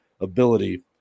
ability